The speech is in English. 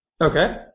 Okay